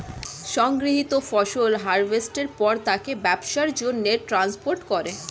সংগৃহীত ফসল হারভেস্টের পর তাকে ব্যবসার জন্যে ট্রান্সপোর্ট করে